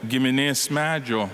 giminės medžio